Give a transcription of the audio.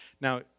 Now